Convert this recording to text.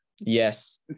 Yes